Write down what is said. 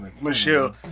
Michelle